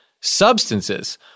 substances